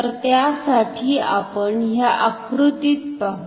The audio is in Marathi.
तर त्यासाठी आपण ह्या आकृतीत पाहु